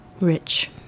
Rich